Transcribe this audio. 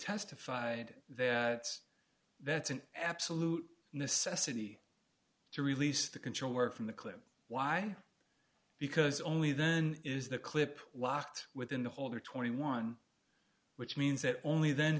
testified that that's an absolute necessity to release the control work from the clip why because only then is the clip locked within the holder twenty one which means that only then